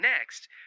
Next